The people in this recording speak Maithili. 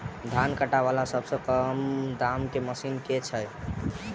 धान काटा वला सबसँ कम दाम केँ मशीन केँ छैय?